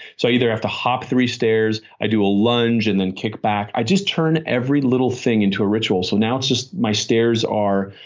so either have to hop three stairs, i do a lunge and then kickback. i just turn every little thing into a ritual so now it's just my stairs are.